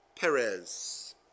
Perez